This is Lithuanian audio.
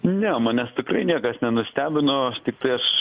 ne manęs tikrai niekas nenustebino tiktai aš